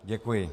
Děkuji.